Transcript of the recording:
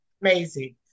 amazing